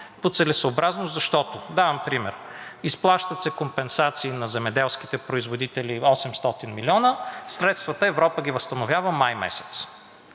по целесъобразност, защото давам пример – изплащат се компенсации на земеделските производители – 800 милиона, средствата Европа ги възстановява май месец.